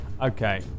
Okay